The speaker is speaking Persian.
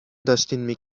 داشتین